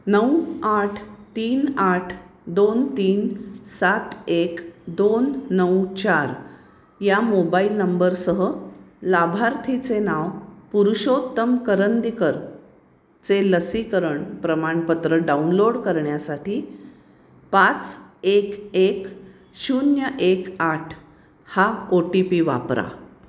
नऊ आठ तीन आठ दोन तीन सात एक दोन नऊ चार या मोबाईल नंबरसह लाभार्थीचे नाव पुरुषोत्तम करंदीकर चे लसीकरण प्रमाणपत्र डाउनलोड करण्यासाठी पाच एक एक शून्य एक आठ हा ओ टी पी वापरा